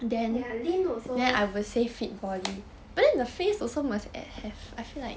lean also